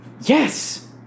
yes